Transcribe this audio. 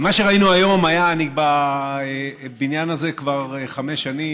מה שראינו היום, אני בבניין הזה כבר חמש שנים,